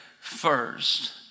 first